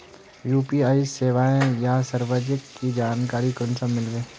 UPI सेवाएँ या services की जानकारी कुंसम मिलबे?